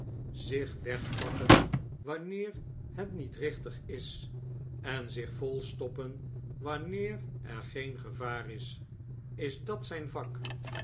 zich wegpakken wanneer het niet richtig is en zich volstoppen wanneer er geen gevaar is is dat zijn vak